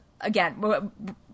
again